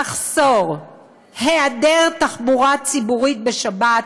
המחסור, היעדר תחבורה ציבורית בשבת,